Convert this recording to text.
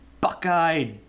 Buckeye